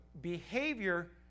behavior